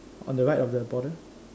on the right of the border